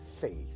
faith